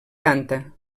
canta